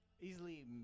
easily